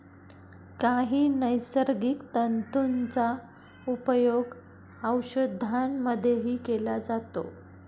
काही नैसर्गिक तंतूंचा उपयोग औषधांमध्येही केला जातो